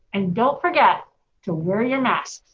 and don't forget to wear your mask.